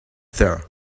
there